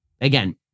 again